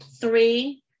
Three